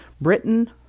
Britain